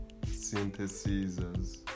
synthesizers